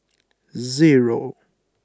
zero